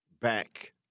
back